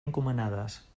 encomanades